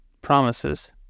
promises